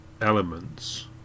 elements